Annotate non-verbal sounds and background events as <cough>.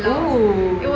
<noise>